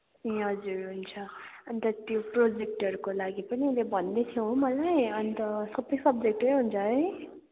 ए हजुर हुन्छ अनि त त्यो प्रोजेक्टहरूको लागि पनि उसले भन्दैथियो हो मलाई अनि त सबै सब्जेक्टकै हुन्छ है